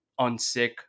unsick